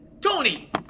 Tony